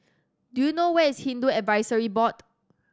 do you know where is Hindu Advisory Board